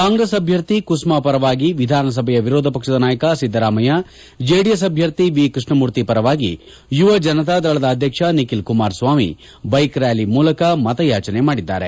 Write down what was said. ಕಾಂಗ್ರೆಸ್ ಅಭ್ವರ್ಥಿ ಕುಸುಮಾ ಪರವಾಗಿ ವಿಧಾನಸಭೆಯ ವಿರೋಧ ಪಕ್ಷದ ನಾಯಕ ಸಿದ್ದರಾಮಯ್ಯ ಜೆಡಿಎಸ್ ಅಭ್ಯರ್ಥಿ ವಿ ಕೃಷ್ಣಮೂರ್ತಿ ಪರವಾಗಿ ಯುವಜನತಾದಳದ ಅಧ್ಯಕ್ಷ ನಿಖಿಲ್ ಕುಮಾರಸ್ವಾಮಿ ಬೈಕ್ ರ್್ಾಲಿ ಮೂಲಕ ಮತಯಾಚನೆ ಮಾಡಿದ್ದಾರೆ